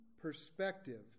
perspective